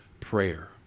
prayer